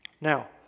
Now